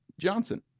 Johnson